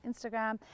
Instagram